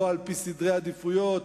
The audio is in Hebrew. לא על-פי סדרי עדיפויות,